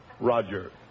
Roger